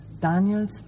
Daniel's